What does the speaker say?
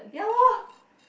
ya lor